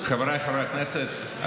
חבריי חברי הכנסת,